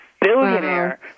billionaire